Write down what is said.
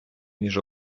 між